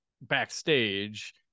backstage